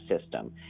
system